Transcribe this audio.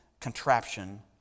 contraption